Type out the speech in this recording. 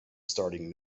starting